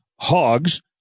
hogs